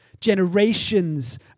Generations